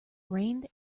rained